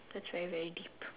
that's very very deep